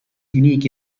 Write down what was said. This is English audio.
unique